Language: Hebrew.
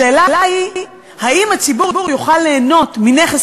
השאלה היא אם הציבור יוכל ליהנות מנכס